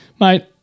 Mate